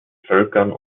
völkern